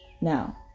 Now